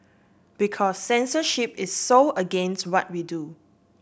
because censorship is so against what we do